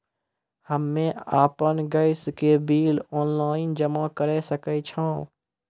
हम्मे आपन गैस के बिल ऑनलाइन जमा करै सकै छौ?